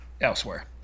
elsewhere